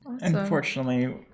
Unfortunately